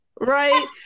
right